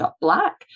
black